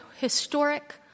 historic